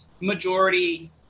majority